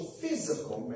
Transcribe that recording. physical